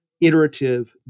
iterative